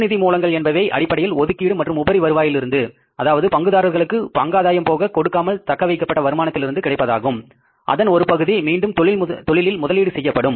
உள்நிதி மூலங்கள் என்பவை அடிப்படையில் ஒதுக்கு மற்றும் உபரி வருவாயிலிருந்து அதாவது பங்குதாரர்களுக்கு பங்காதாயம் போக கொடுக்காமல் தக்க வைக்கப்பட்ட வருமானத்திலிருந்து கிடைப்பதாகும் அதன் ஒரு பகுதி மீண்டும் தொழில் முதலீடு செய்யப்படும்